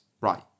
right